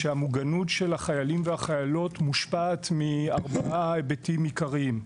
כשהמוגנות של החיילים והחיילות מושפעת מארבעה היבטים עיקריים: